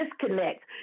disconnect